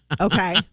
Okay